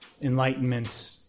enlightenment